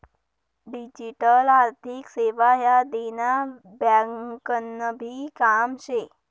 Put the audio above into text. digital आर्थिक सेवा ह्या देना ब्यांकनभी काम शे